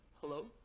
Hello